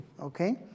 okay